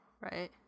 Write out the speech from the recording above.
right